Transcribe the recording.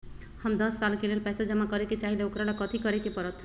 हम दस साल के लेल पैसा जमा करे के चाहईले, ओकरा ला कथि करे के परत?